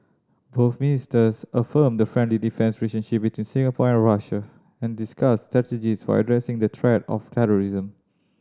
both ministers affirmed the friendly defence relationship between Singapore and Russia and discussed strategy for addressing the threat of terrorism